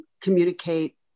communicate